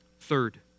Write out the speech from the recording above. Third